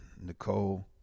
Nicole